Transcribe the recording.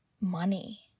money